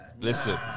listen